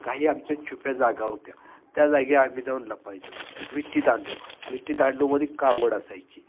काही आमच्या छुप्या जागा होत्या त्या जागी आम्ही जाऊन लपायचो विटीदांडू विटीदांडूमध्ये कावड असायची